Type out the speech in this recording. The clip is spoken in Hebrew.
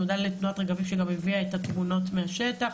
מודה לתנועת רגבים שגם הביאה את התמונות מהשטח,